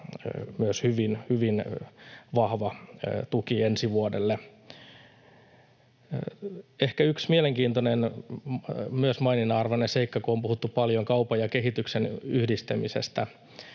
hyvin, hyvin vahva tuki ensi vuodelle. Ehkä yksi mielenkiintoinen, myös maininnan arvoinen seikka, kun on puhuttu paljon kaupan ja kehityksen yhdistämisestä,